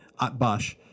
atbash